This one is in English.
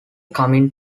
coming